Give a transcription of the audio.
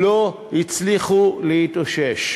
לא הצליחו להתאושש.